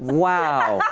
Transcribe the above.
and wow.